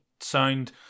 sound